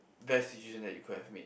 best decision you could have made